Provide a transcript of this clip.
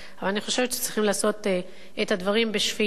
אבל אני חושבת שצריכים לעשות את הדברים בשפיות,